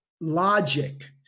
logic